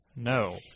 No